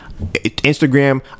Instagram